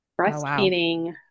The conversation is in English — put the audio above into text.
breastfeeding